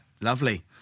lovely